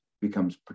becomes